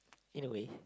in a way